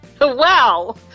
wow